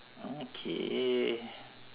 okay